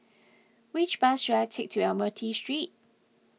which bus should I take to Admiralty Street